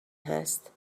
هست